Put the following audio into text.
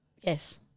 Yes